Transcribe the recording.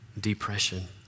depression